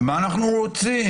ומה אנחנו רוצים?